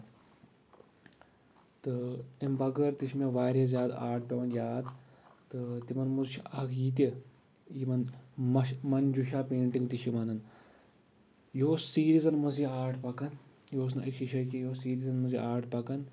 تہٕ اَمہِ بغٲر تہِ چھُ مےٚ واریاہ زیادٕ آرٹ پیوان یاد تہٕ تِمن منٛز چھُ اکھ یِتہِ یِمن مش منجوشاہ پینٹنٛگ تہِ چھِ وَنان یہِ اوس سیٖریٖزن منٛز یہِ آرٹ پَکان یہِ اوس نہٕ أکسٕے جایہِ کیٚنٛہہ یہِ اوس سیٖریٖزنن منٛز یہِ آرٹ پَکان